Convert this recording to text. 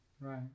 Right